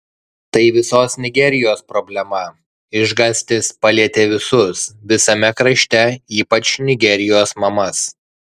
tai visos nigerijos problema išgąstis palietė visus visame krašte ypač nigerijos mamas